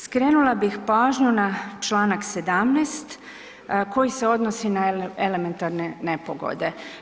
Skrenula bih pažnju na čl. 17. koji se odnosi na elementarne nepogode.